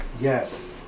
Yes